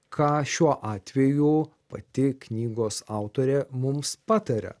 ką šiuo atveju pati knygos autorė mums pataria